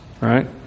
right